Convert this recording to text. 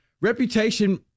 reputation